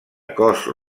cos